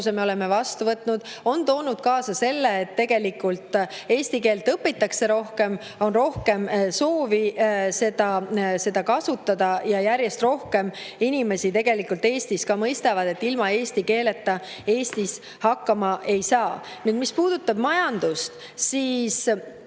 oleme otsuse vastu võtnud, on toonud kaasa selle, et eesti keelt õpitakse rohkem, on rohkem soovi seda kasutada ja järjest rohkem inimesi Eestis tegelikult mõistab, et ilma eesti keeleta Eestis hakkama ei saa. Mis puudutab majandust, siis